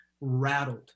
rattled